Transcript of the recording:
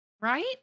Right